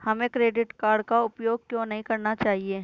हमें credit card का उपयोग क्यों नहीं करना चाहिए?